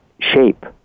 shape